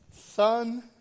son